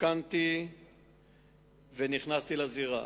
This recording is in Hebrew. עודכנתי ונכנסתי לזירה.